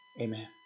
Amen